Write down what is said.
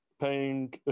paying